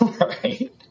right